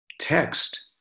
text